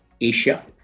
Asia